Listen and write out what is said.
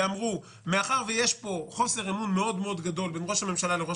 אמרו: מאחר ויש פה חוסר אמון גדול מאוד בין ראש הממשלה לבין